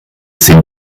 sind